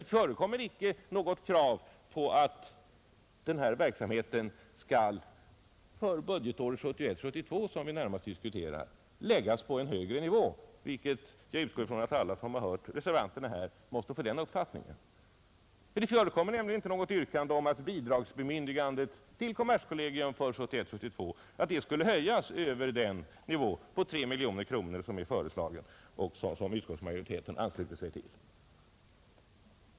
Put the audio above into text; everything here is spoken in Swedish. Det förekommer icke något krav på att denna verksamhet för budgetåret 1971 72 skulle höjas över den nivå på 3 miljoner kronor som är föreslagen och som utskottsmajoriteten ansluter sig till.